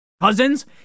Cousins